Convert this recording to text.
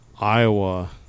Iowa